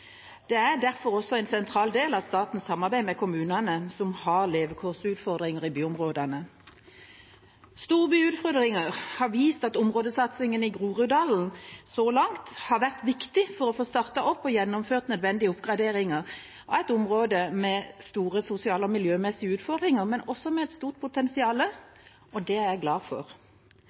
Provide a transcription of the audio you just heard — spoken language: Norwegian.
Det er derfor også en sentral del av statens samarbeid med kommunene som har levekårsutfordringer i byområdene. Storbyutfordringer har vist at områdesatsingen i Groruddalen så langt har vært viktig for å få startet opp og gjennomført nødvendige oppgraderinger av et område med store sosiale og miljømessige utfordringer, men også med et stort potensial, og det er jeg glad for.